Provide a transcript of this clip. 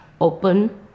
open